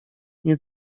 nie